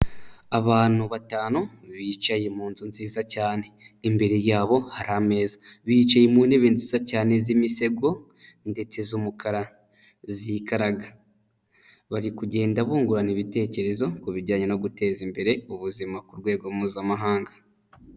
Abantu batanu bicaye mu nzu nziza cyane imbere yabo hari ameza bicaye mu ntebe nziza cyane z'imitego ndetse z'umukara zikaraga, bari kugenda bungurana ibitekerezo ku bijyanye no guteza imbere ubuzima ku rwego mpuzamahanga.